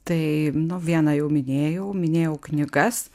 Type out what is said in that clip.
tai nu vieną jau minėjau minėjau knygas